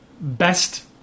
best